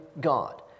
God